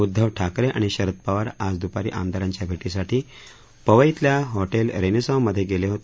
उद्धव ठाकरे आणि शरद पवार आज दुपारी आमदारांच्या भे प्रेसाठी पवईतल्या हॉक्कि रेनेसॉमध्ये गेले होते